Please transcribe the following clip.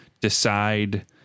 decide